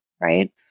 right